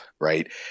right